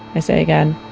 i say again.